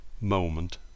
moment